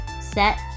set